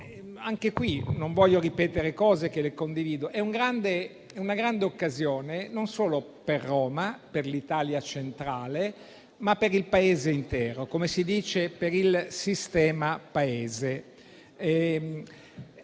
mozione. Non voglio ripetere cose che condivido: è una grande occasione non solo per Roma, per l'Italia centrale, ma per il Paese intero, come si dice per il sistema Paese.